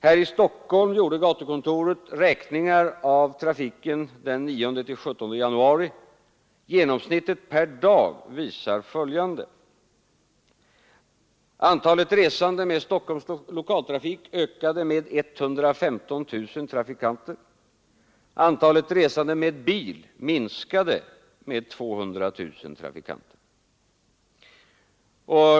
Här i Stockholm gjorde gatukontoret räkningar av trafiken den 9—17 januari. Genomsnittet per dag visar följande: Antalet resande med Storstockholms lokaltrafik ökade med 115 000. Antalet resande med bil minskade med 200 000.